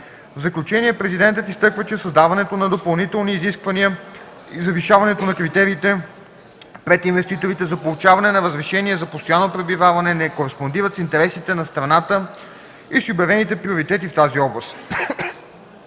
В заключение Президентът изтъква, че създаването на допълнителни изисквания и завишаването на критериите пред инвеститорите за получаване на разрешение за постоянно пребиваване не кореспондират с интересите на страната и с обявените приоритети в тази област.